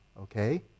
Okay